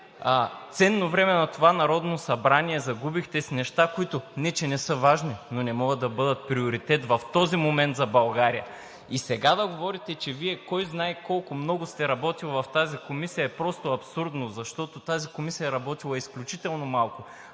ценно време на това Народно събрание с неща, които не че не са важни, но не могат да бъдат приоритет в този момент за България. И сега да говорите, че Вие кой знае колко много сте работили в тази комисия, е просто абсурдно, защото тази комисия е работила изключително малко.